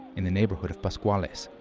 in the neighborhood of pascuales.